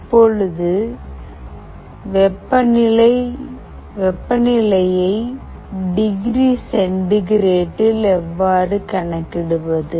இப்போது வெப்பநிலையை டிகிரி சென்டிகிரேட்டில் எவ்வாறு கணக்கிடுவது